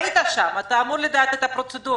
היית שם, אתה אמור לדעת את הפרוצדורות.